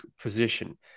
position